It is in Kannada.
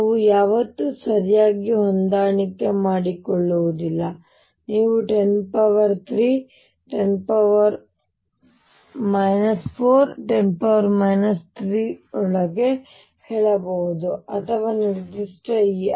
ನಾವು ಯಾವತ್ತೂ ಸರಿಯಾಗಿ ಹೊಂದಾಣಿಕೆ ಮಾಡಿಕೊಳ್ಳುವುದಿಲ್ಲ ನೀವು103 10 4 10 3 ರೊಳಗೆ ಹೇಳಬಹುದು ಅಥವಾ ನಿರ್ದಿಷ್ಟ E